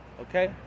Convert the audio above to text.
okay